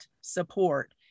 support